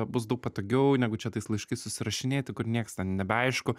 bus daug patogiau negu čia tais laiškais susirašinėti kur nieks ten nebeaišku